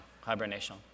Hibernation